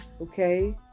okay